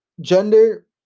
Gender